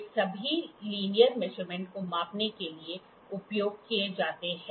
ये सभी linear measurement को मापने के लिए उपयोग किए जाते हैं